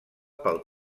pel